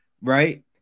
right